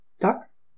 Ducks